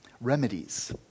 remedies